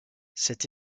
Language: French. cette